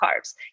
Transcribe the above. carbs